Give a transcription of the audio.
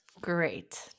Great